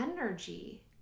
energy